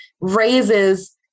raises